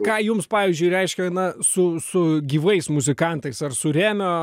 ką jums pavyzdžiui reiškia na su su gyvais muzikantais ar su remio